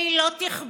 והיא לא תכבה.